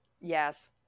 Yes